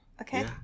Okay